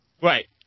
Right